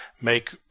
make